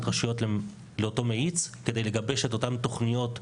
רשויות לאותו מאיץ כדי לגבש את אותן תוכניות פעולה,